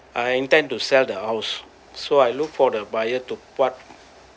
I intend to sell the house so I look for the buyer to what